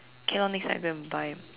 okay lor next time I go and buy